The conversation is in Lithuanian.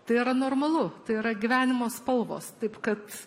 tai yra normalu tai yra gyvenimo spalvos taip kad